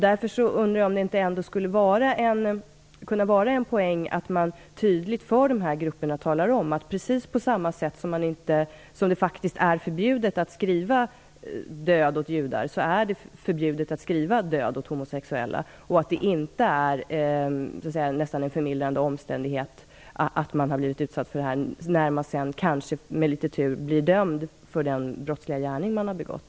Därför undrar jag om det inte ändå skulle kunna vara en poäng att man tydligt för dessa grupper talar om att det, precis på samma sätt som det är förbjudet att skriva "Död åt judar", också är förbjudet att skriva "Död åt homosexuella". Det kan inte anses vara en förmildrande omständighet att man har detta synsätt när man sedan så småningom bli dömd för den brottsliga gärning man har begått.